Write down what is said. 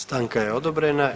Stanka je odobrena.